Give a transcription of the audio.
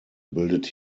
bildet